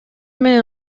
менен